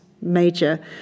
major